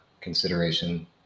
consideration